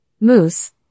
Moose